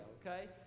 okay